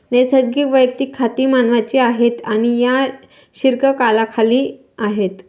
नैसर्गिक वैयक्तिक खाती मानवांची आहेत आणि या शीर्षकाखाली ती आहेत